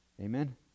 Amen